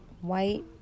white